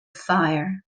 fire